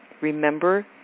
remember